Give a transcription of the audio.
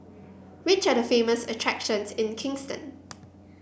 which are the famous attractions in Kingston